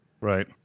Right